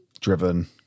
Driven